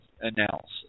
analysis